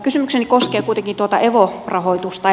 kysymykseni koskee kuitenkin evo rahoitusta